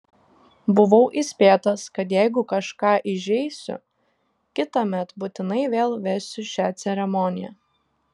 buvau įspėtas kad jeigu kažką įžeisiu kitąmet būtinai vėl vesiu šią ceremoniją